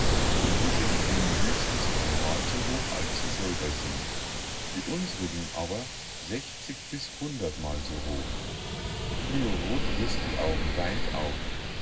denn diese springen höchstens dreimal so hoch als sie selber sind die unsrigen aber sechzig bis hundertmal so hoch illustration heinz und heliastra am see fliorot riß die augen weit auf